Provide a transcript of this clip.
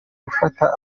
gufata